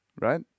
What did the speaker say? right